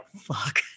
fuck